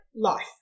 life